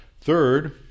Third